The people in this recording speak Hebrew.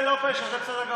אתה אפילו את זה לא מבין.